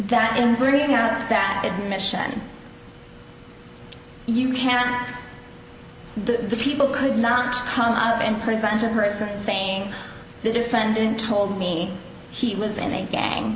that in bringing out that admission you can't the people could not come out and presenting present saying the defendant told me he was in a gang